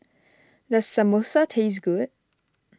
does Samosa taste good